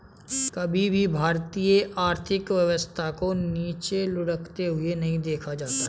कभी भी भारतीय आर्थिक व्यवस्था को नीचे लुढ़कते हुए नहीं देखा जाता है